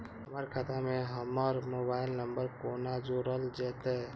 हमर खाता मे हमर मोबाइल नम्बर कोना जोरल जेतै?